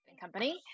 ...company